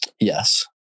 Yes